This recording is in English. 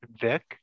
Vic